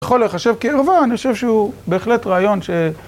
יכול לחשב קרבה, אני חושב שהוא בהחלט רעיון ש...